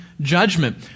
judgment